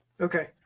Okay